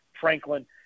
Franklin